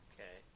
Okay